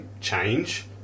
change